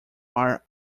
are